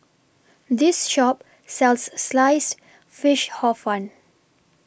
This Shop sells Sliced Fish Hor Fun